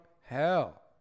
hell